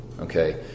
okay